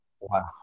wow